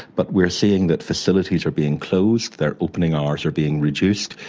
but we are seeing that facilities are being closed, their opening hours are being reduced,